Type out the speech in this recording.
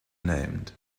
named